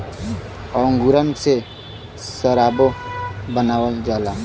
अंगूरन से सराबो बनावल जाला